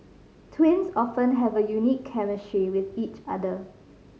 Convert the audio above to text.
twins often have a unique chemistry with each other